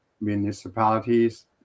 municipalities